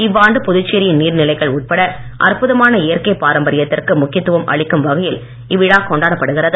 இவ்வாண்டு புதுச்சேரியின் நீர்நிலைகள் உட்பட அற்புதமான இயற்கை பாரம்பரியத்திற்கு முக்கியத்துவம் அளிக்கும் வகையில் இவ்விழா கொண்டாடப்படுகிறது